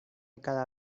cada